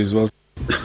Izvolite.